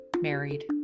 married